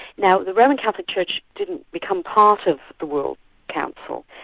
now the roman catholic church didn't become part of the world council,